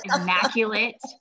immaculate